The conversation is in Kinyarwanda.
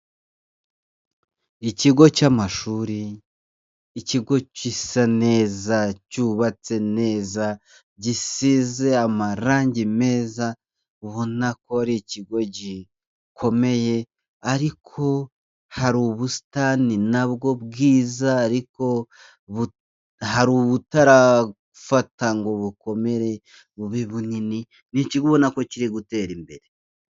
Ikigo cy'amashuri ikigo gisa neza cyubatse neza, gisize amarangi meza ubona ko ari ikigo gikomeye ariko hari ubusitani nabwo bwiza ariko hari ubutarafata ngo bukomere bube bunini, ni ikigo ubona ko kiri gutera imbere.